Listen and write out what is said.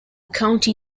county